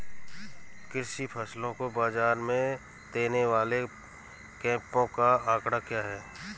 कृषि फसलों को बाज़ार में देने वाले कैंपों का आंकड़ा क्या है?